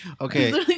Okay